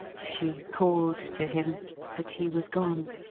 she called to him but he was gone.